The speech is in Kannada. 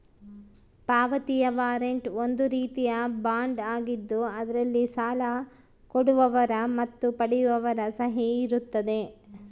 ಪಾವತಿಯ ವಾರಂಟ್ ಒಂದು ರೀತಿಯ ಬಾಂಡ್ ಆಗಿದ್ದು ಅದರಲ್ಲಿ ಸಾಲ ಕೊಡುವವರ ಮತ್ತು ಪಡೆಯುವವರ ಸಹಿ ಇರುತ್ತದೆ